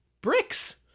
Bricks